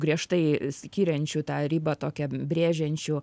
griežtai skiriančių tą ribą tokią brėžiančių